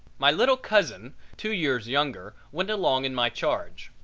my little cousin, two years younger, went along in my charge.